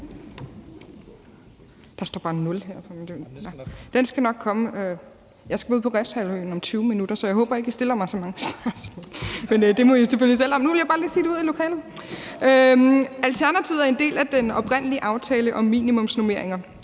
Alternativet er en del af den oprindelige aftale om minimumsnormeringer.